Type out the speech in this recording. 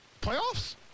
Playoffs